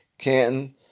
Canton